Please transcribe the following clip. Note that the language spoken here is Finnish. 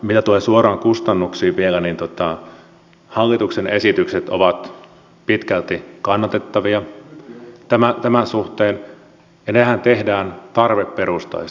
mitä tulee suoraan kustannuksiin vielä niin hallituksen esitykset ovat pitkälti kannatettavia tämän suhteen ja nehän tehdään tarveperustaisesti